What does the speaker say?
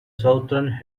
southern